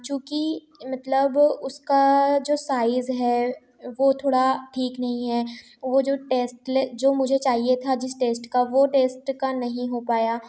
चूँकि मतलब उसका जो साइज़ है वो थोड़ा ठीक नहीं है वो जो टेस्ट ल जो मुझे चाहिए था जिस टेस्ट का वो टेस्ट का नहीं हो पाया